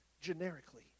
generically